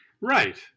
Right